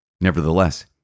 Nevertheless